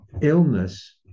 illness